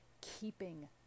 keeping